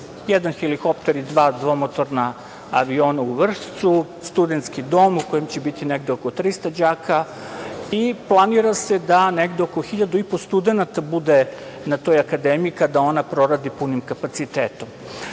jedan helikopter i dva dvomotorna aviona u Vršcu, studentski dom u kome će biti negde oko 300 đaka i planira se da negde oko 1.500 studenata bude na toj Akademiji kada ona proradi punim kapacitetom. Dualno